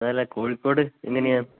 അതല്ലേ കോഴിക്കോട് എങ്ങനെയാണ്